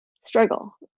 struggle